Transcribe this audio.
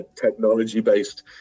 technology-based